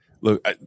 look